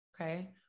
okay